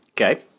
Okay